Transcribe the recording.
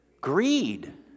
Greed